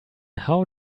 how